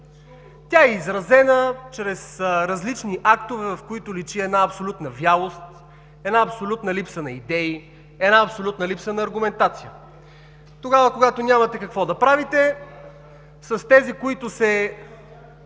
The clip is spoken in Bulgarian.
Тя е изразена в различни актове, в които личи абсолютна вялост, абсолютна липса на идеи, абсолютна липса на аргументация. Когато нямате какво да правите, с тези, с които се